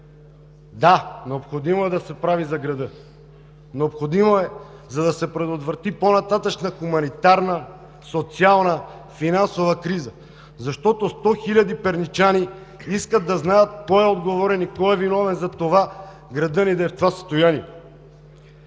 Да, необходимо е да се прави за града, необходимо е за да се предотврати по-нататъшна хуманитарна, социална, финансова криза. Защото 100 хиляди перничани искат да знаят кой е отговорен и кой е виновен затова градът ни да е в това състояние.